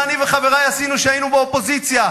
מה אני וחברי עשינו כשהיינו באופוזיציה,